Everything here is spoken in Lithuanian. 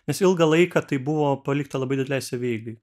nes ilgą laiką tai buvo palikta labai didelei savieigai